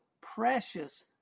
precious